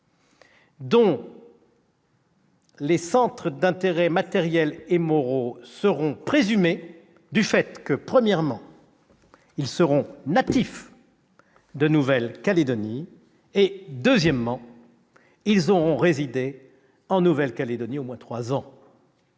dont le centre des intérêts matériels et moraux sera présumé du fait que, premièrement, ils seront natifs de Nouvelle-Calédonie et, deuxièmement, ils y auront résidé au moins trois ans.